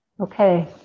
okay